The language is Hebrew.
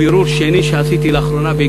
בבירור שני שעשיתי לאחרונה,